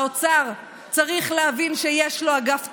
האוצר צריך להבין שיש לו אגף תקציבים,